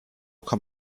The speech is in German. kann